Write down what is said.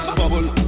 bubble